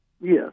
Yes